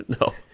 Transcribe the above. No